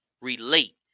relate